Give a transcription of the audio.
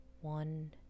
one